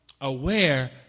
aware